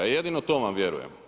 Ja jedino to vam vjerujem.